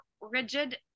rigid